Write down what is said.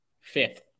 fifth